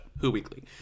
whoweekly